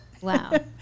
Wow